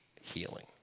healing